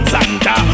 Santa